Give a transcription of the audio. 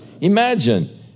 Imagine